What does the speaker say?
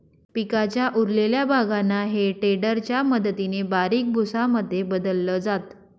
पिकाच्या उरलेल्या भागांना हे टेडर च्या मदतीने बारीक भुसा मध्ये बदलल जात